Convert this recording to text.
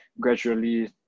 gradually